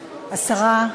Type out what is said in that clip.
השרה,